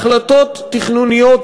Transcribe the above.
החלטות תכנוניות,